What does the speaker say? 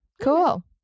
Cool